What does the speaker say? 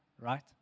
right